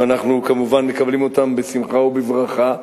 ואנחנו כמובן מקבלים אותם בשמחה ובברכה,